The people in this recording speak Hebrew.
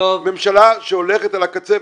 ממשלה שהולכת על הקצה,